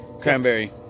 cranberry